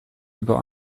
über